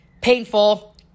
painful